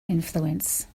influence